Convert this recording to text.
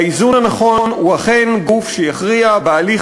האיזון הנכון הוא אכן גוף שיכריע בהליך